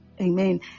Amen